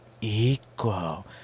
equal